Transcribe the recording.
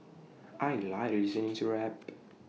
I Like listening to rap